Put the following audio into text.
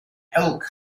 elk